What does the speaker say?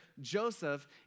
Joseph